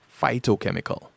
phytochemical